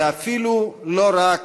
ואפילו לא רק